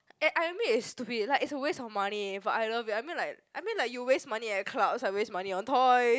eh I admit it's stupid like it's a waste of money but I love it I mean like I mean like you waste money at clubs I waste money on toy